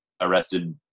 arrested